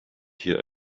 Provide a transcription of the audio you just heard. hier